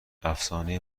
افسانه